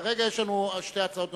כרגע יש לנו שתי הצעות נוספות: